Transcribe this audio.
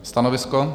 Stanovisko?